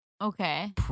Okay